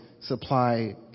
supply